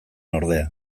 ordea